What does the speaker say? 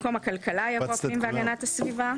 במקום רשות מקרקעי"הכלכלה" יבוא "הפנים והגנת הסביבה".